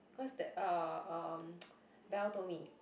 cause that uh um Bel told me